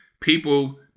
people